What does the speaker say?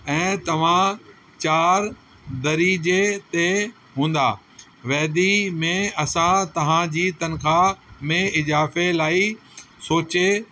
ऐं तव्हां चार दरिज़े ते हूंदा वैदी में असां तव्हां जी तनख़्वाह में इज़ाफे लाइ सोचे